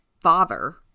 father